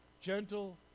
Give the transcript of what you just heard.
gentle